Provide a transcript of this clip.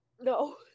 No